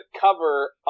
cover